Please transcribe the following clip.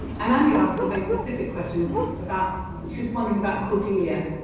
um and anna ah asked a very specific question about she was wondering about cordelia,